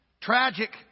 tragic